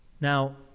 Now